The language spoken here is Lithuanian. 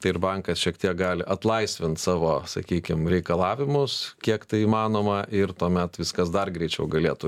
tai ir bankas šiek tiek gali atlaisvint savo sakykim reikalavimus kiek tai įmanoma ir tuomet viskas dar greičiau galėtų